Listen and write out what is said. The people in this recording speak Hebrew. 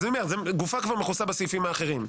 אז אני אומר, גופה כבר מכוסה בסעיפים האחרים.